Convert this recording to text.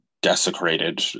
desecrated